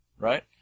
Right